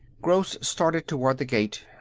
gross started toward the gate.